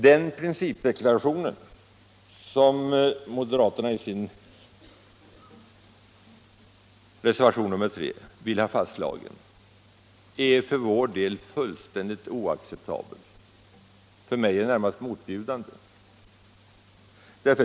Den principdeklaration som moderaterna i sin reservation nr 3 vill ha fastslagen är för vår del fullständigt oacceptabel. För mig är den närmast motbjudande.